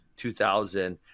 2000